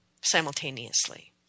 simultaneously